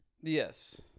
Yes